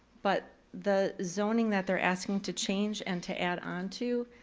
but the zoning that they're asking to change, and to add on to,